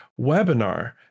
webinar